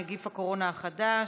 נגיף הקורונה החדש),